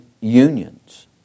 unions